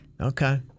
Okay